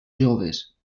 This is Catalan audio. joves